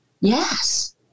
Yes